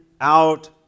out